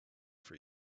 for